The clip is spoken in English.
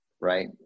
right